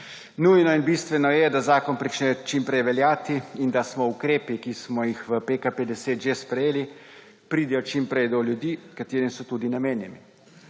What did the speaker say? Nujno in bistveno je, da zakon prične čim prej veljati in da ukrepi, ki smo jih v PKP10 že sprejeli, pridejo čim prej do ljudi, ki so jim tudi namenjeni.